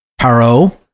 Paro